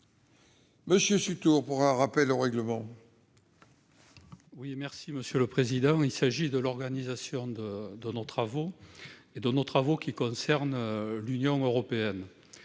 M. Simon Sutour, pour un rappel au règlement.